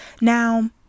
now